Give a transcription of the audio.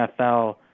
NFL